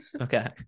Okay